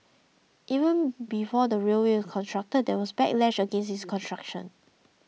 even before the railway was constructed there was backlash against its construction